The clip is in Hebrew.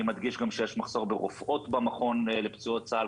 אני מדגיש גם שיש מחסור ברופאות במכון לפצועות צה"ל,